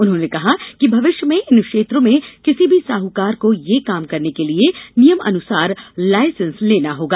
उन्होंने कहा कि भविष्य में इन क्षेत्रों में किसी भी साहकार को ये काम करने के लिए नियमानुसार लायसेंस लेना होगा